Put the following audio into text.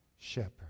shepherd